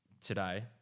today